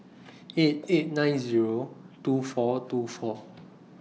eight eight nine Zero two four two four